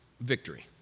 victory